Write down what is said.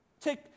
Take